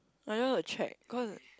I go to check because